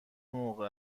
موقع